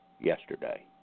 yesterday